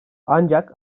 ancak